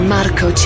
Marco